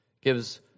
gives